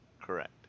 Correct